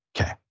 okay